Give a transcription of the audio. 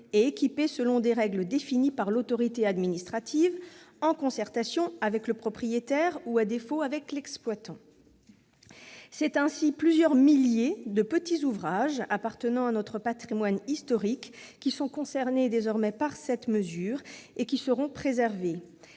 et équipé selon des règles définies par l'autorité administrative, en concertation avec le propriétaire ou, à défaut, l'exploitant. » Ainsi, plusieurs milliers de petits ouvrages appartenant à notre patrimoine historique sont concernés par cette mesure et seront donc préservés.